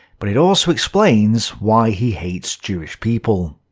but it also explains why he hates jewish people.